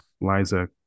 Liza